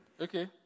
Okay